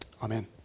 Amen